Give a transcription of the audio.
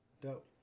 dope